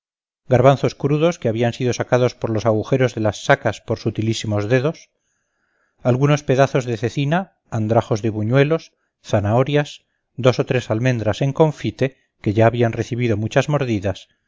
garbanzos crudos que habían sido sacados por los agujeros de las sacas por sutilísimos dedos algunos pedazos de cecina andrajos de buñuelos zanahorias dos o tres almendras en confite que ya habían recibido muchas mordidas